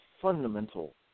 fundamental